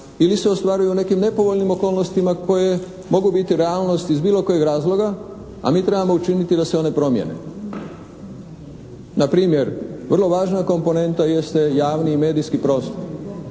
ili se ostvaruju u nekim nepovoljnim okolnostima koje mogu biti realnost iz bilo kojeg razloga a mi trebamo učiniti da se one promijene. Na primjer vrlo važna komponenta jeste javni i medijski prostor.